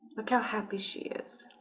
look how happy she is